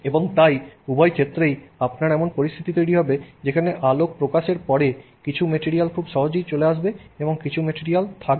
এবং তাই উভয় ক্ষেত্রেই আপনার এমন পরিস্থিতি তৈরি হবে যেখানে আলোক প্রকাশের পরে কিছু ম্যাটেরিয়াল খুব সহজেই চলে আসবে এবং কিছু ম্যাটেরিয়াল থাকবে